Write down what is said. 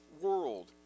world